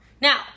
Now